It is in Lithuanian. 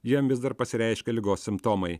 jam vis dar pasireiškia ligos simptomai